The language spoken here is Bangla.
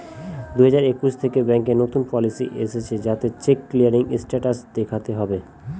দুই হাজার একুশ থেকে ব্যাঙ্কে নতুন পলিসি এসেছে যাতে চেক ক্লিয়ারিং স্টেটাস দেখাতে হবে